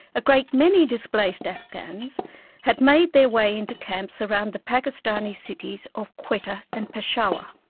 a great many displaced afghans had made their way into camps around the pakistani cities of quetta and peshawar.